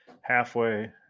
halfway